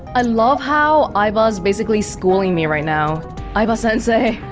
ah love how aiba's basically schooling me right now aiba-sensei